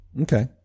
Okay